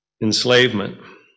enslavement